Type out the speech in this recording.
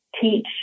teach